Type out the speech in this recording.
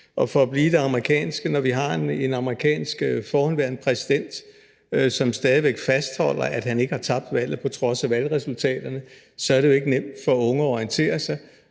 – for at blive i det amerikanske – har en forhenværende amerikansk præsident, som stadig væk fastholder, at han ikke har tabt valget på trods af valgresultaterne, er det jo ikke nemt for unge at orientere sig,